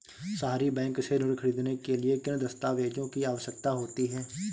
सहरी बैंक से ऋण ख़रीदने के लिए किन दस्तावेजों की आवश्यकता होती है?